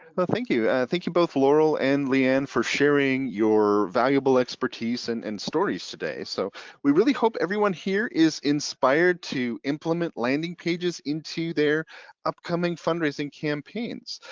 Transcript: well, thank you. thank you, both laurel and lee ann for sharing your valuable expertise and and stories today. so we really hope everyone here is inspired to implement landing pages into their upcoming fundraising campaigns.